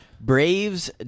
Braves